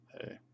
hey